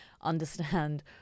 understand